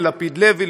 ללפיד לוי,